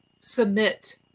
submit